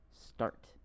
start